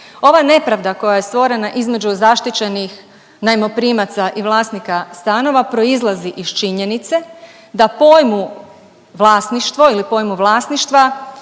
Ova nepravda koja je stvorena između zaštićenih najmoprimaca i vlasnika stanova proizlazi iz činjenice da pojmu vlasništvo